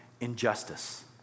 injustice